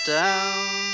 down